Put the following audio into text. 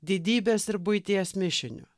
didybės ir buities mišiniu